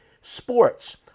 sports